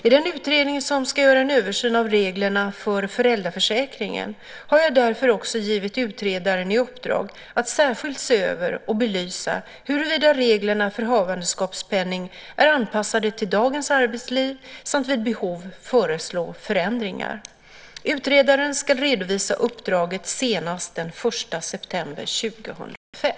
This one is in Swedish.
I den utredning som ska göra en översyn av reglerna för föräldraförsäkringen har jag därför också givit utredaren i uppdrag att särskilt se över och belysa huruvida reglerna för havandeskapspenning är anpassade till dagens arbetsliv samt vid behov föreslå förändringar. Utredaren ska redovisa uppdraget senast den 1 september 2005.